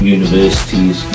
universities